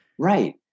Right